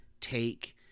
take